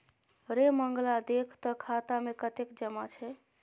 रे मंगला देख तँ खाता मे कतेक जमा छै